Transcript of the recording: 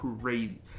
crazy